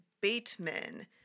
Bateman